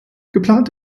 geplant